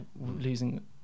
losing